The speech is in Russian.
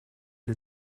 для